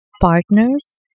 partners